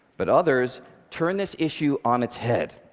but others turned this issue on its head,